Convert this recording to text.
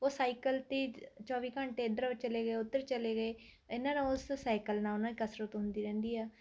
ਉਹ ਸਾਈਕਲ 'ਤੇ ਚੌਵੀ ਘੰਟੇ ਇੱਧਰੋਂ ਚਲੇ ਗਏ ਓਧਰ ਚਲੇ ਗਏ ਇਨ੍ਹਾਂ ਨੇ ਉਸ ਸਾਈਕਲ ਨਾਲ ਉਨ੍ਹਾਂ ਦੀ ਕਸਰਤ ਹੁੰਦੀ ਰਹਿੰਦੀ ਹੈ